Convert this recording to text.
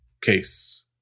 case